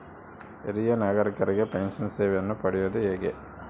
ಹಿರಿಯ ನಾಗರಿಕರಿಗೆ ಪೆನ್ಷನ್ ಸೇವೆಯನ್ನು ಪಡೆಯುವುದು ಹೇಗೆ?